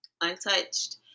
untouched